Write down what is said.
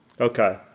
Okay